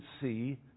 see